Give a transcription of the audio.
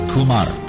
Kumar